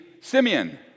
Simeon